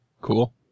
cool